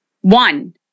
One